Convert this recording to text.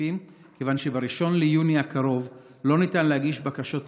החטופים כיוון שב-1 ביוני הקרוב לא ניתן להגיש בקשות נוספות.